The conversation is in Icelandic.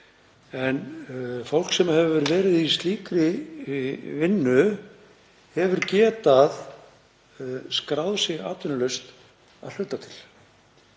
Fólk sem hefur verið í slíkri vinnu hefur getað skráð sig atvinnulaust að hluta til.